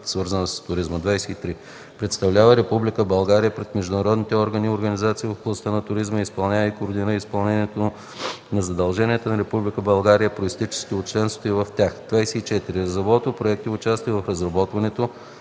свързана с туризма; 23. представлява Република България пред международните органи и организации в областта на туризма и изпълнява и координира изпълнението на задълженията на Република България, произтичащи от членството й в тях; 24. разработва проекти и участва в разработването,